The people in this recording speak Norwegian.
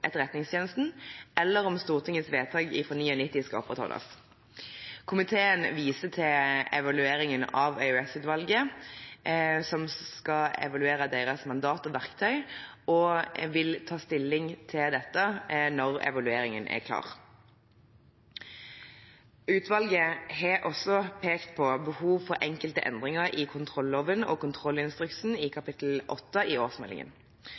etterretningstjenesten, eller om Stortingets vedtak fra 1999 skal opprettholdes. Komiteen viser til evalueringen av EOS-utvalgets mandat og verktøy, og vil ta stilling til dette når evalueringen er klar. Utvalget har også pekt på behov for enkelte endringer i kontrolloven og kontrollinstruksen i kapittel 8 i årsmeldingen.